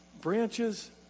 Branches